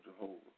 Jehovah